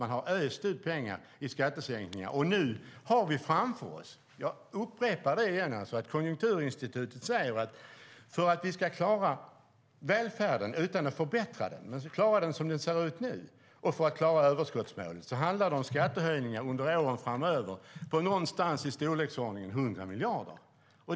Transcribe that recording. Man har öst ut pengar i skattesänkningar, och jag upprepar att Konjunkturinstitutet säger att för att vi ska klara välfärden - inte att förbättra den utan att behålla den som den ser ut nu - och överskottsmålet krävs det skattehöjningar under åren framöver på i storleksordningen 100 miljarder.